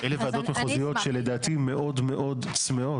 אלה ועדות מחוזיות שלדעתי מאוד מאוד צמאות